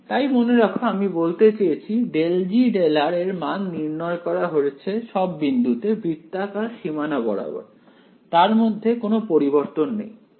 তাই মনে রাখ আমি বলতে চেয়েছি ∂G∂r এর মান নির্ণয় করা হয়েছে সব বিন্দুতে বৃত্তাকার সীমানা বরাবর তার মধ্যে কোন পরিবর্তন নেই